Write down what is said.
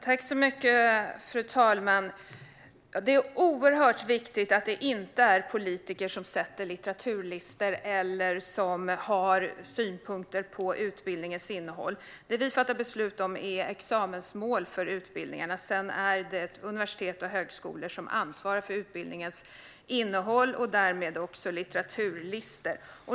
Fru talman! Det är oerhört viktigt att det inte är politiker som sätter samman litteraturlistor eller har synpunkter på utbildningens innehåll. Det vi fattar beslut om är examensmål för utbildningarna. Sedan är det universitet och högskolor som ansvarar för utbildningens innehåll och därmed också litteraturlistor.